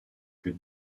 que